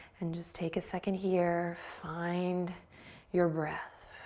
and just take a second here. find your breath.